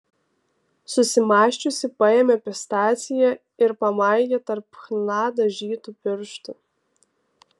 susimąsčiusi paėmė pistaciją ir pamaigė tarp chna dažytų pirštų